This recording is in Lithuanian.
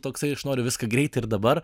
toksai aš noriu viską greitai ir dabar